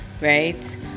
right